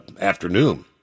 afternoon